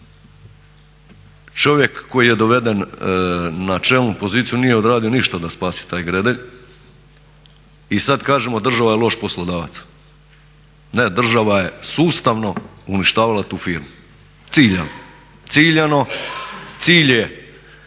čovjek koji je doveden na čelnu poziciju nije odradio ništa da spasi taj Gredelj i sad kažemo država je loš poslodavac. Ne država je sustavno uništavala tu firmu, ciljano, ciljano, cilj je